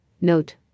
Note